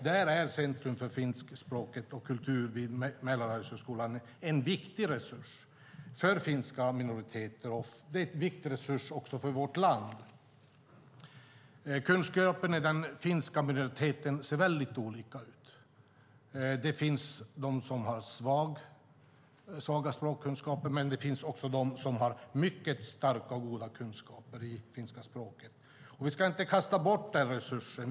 Där är Centrum för finska språket och kulturen vid Mälardalens högskola en viktig resurs för finska minoriteter. Det är också en viktig resurs för vårt land. Kunskapen i den finska minoriteten ser väldigt olika ut. Det finns de som har svaga språkkunskaper. Men det finns också de som har mycket starka och goda kunskaper i finska språket. Vi ska inte kasta bort den resursen.